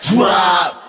Drop